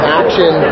action